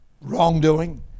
wrongdoing